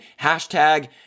hashtag